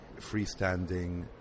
freestanding